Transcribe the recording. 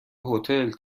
هتل